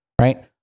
right